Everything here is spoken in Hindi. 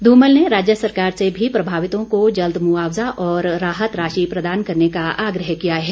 धूमल ने राज्य सरकार से भी प्रभावितों को जल्द मुआवज़ा और राहत राशि प्रदान करने का आग्रह किया है